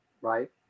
Right